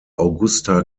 augusta